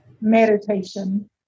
meditation